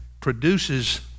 produces